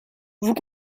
vous